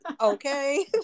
okay